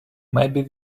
maybe